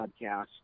podcast